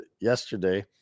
yesterday